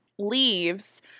leaves